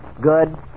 Good